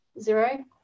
zero